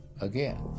again